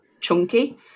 chunky